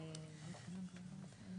ערן, איך פותרים את זה?